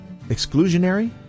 Exclusionary